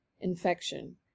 infection